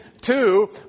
Two